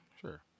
sure